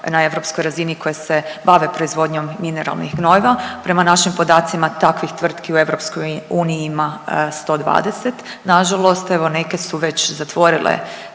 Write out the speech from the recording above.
na europskoj razini koje se bave proizvodnjom mineralnih gnojiva. Prema našim podacima takvih tvrtki u EU ima 120, nažalost evo neke su već zatvorile